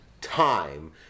time